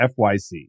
FYC